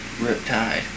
riptide